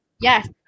yes